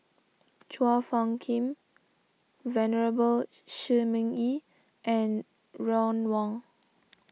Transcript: Chua Phung Kim Venerable Shi Ming Yi and Ron Wong